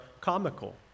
comical